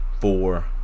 four